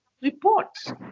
reports